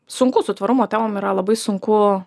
sunku su tvarumo temom yra labai sunku